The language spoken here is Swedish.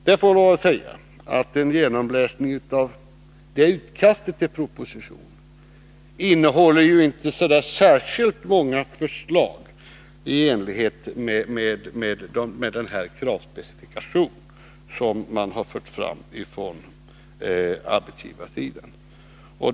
Jag får lov att säga att det utkastet till propositionen inte innehåller särskilt många förslag i enlighet med den kravspecifikation som framförts från arbetsgivarsidan.